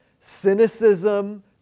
cynicism